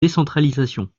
décentralisation